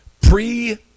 pre